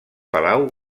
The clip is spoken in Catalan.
palau